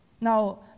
Now